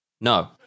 No